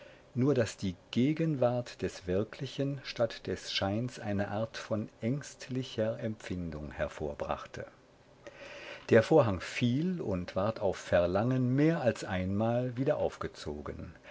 nur daß die gegenwart des wirklichen statt des scheins eine art von ängstlicher empfindung hervorbrachte der vorhang fiel und ward auf verlangen mehr als einmal wieder aufgezogen